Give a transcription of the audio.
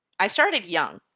i started young.